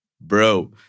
Bro